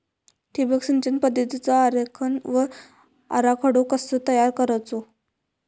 ठिबक सिंचन पद्धतीचा आरेखन व आराखडो कसो तयार करायचो?